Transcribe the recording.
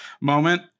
moment